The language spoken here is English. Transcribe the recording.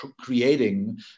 creating